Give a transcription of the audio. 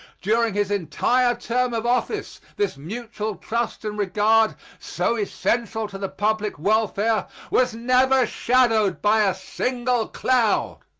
during his entire term of office this mutual trust and regard so essential to the public welfare was never shadowed by a single cloud.